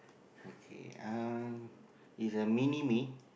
okay uh it's a mini-me